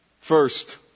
First